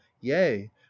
yea